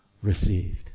received